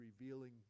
revealing